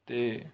ਅਤੇ